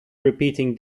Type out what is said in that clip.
repeating